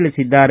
ತಿಳಿಸಿದ್ದಾರೆ